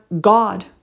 God